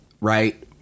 right